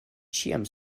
ĉiam